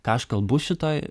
ką aš kalbu šitoj